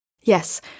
Yes